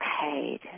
paid